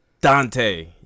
Dante